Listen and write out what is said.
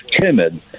timid